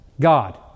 God